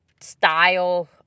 style